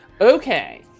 Okay